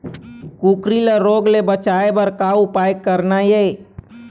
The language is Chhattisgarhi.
कुकरी ला रोग ले बचाए बर का उपाय करना ये?